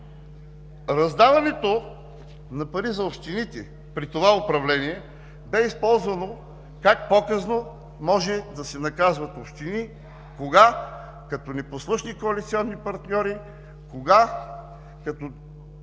Раздаването на пари за общините при това управление бе използвано като показно как може да бъдат наказвани общини: кога – като непослушни коалиционни партньори, кога – като